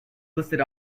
listed